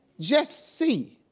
just see.